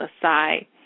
aside